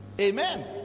Amen